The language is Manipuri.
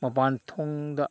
ꯃꯄꯥꯟꯊꯣꯡꯗ